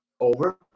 Over